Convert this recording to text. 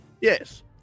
Yes